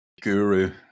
guru